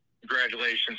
Congratulations